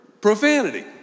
profanity